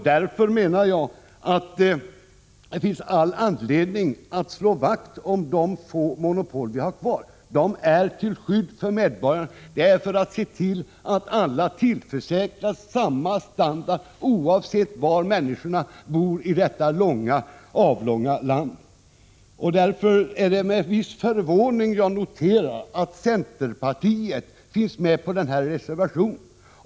Därför menar jag att det finns all anledning att slå vakt om de få monopol vi har kvar. De är till skydd för medborgarna och för att se till att alla tillförsäkras samma standard oavsett var de bor i detta avlånga land. Därför är det med viss förvåning som jag noterar att centerpartiet har anslutit sig till denna reservation.